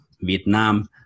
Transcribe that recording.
Vietnam